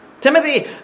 Timothy